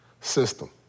system